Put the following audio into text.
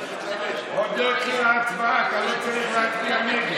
עוד לא התחילה ההצבעה, אתה לא צריך להצביע נגד.